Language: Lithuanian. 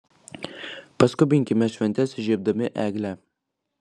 paskubinkime šventes įžiebdami eglę